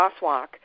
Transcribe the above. crosswalk